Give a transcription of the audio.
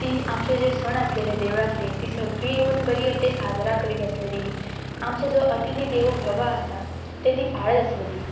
ती आमचें जे सण आसलेले देवळांतले ती सगळी येवन बरी ते साजरा करीत आसलेली आमचो जो अतिथी देवो भवा आसा ते ती पाळत आसलेली